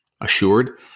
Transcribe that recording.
assured